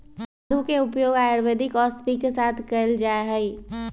मधु के उपयोग आयुर्वेदिक औषधि के साथ कइल जाहई